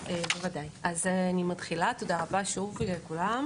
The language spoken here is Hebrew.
ברשותך, כבוד יושב-הראש, תיקון קטן: